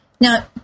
Now